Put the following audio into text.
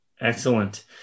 Excellent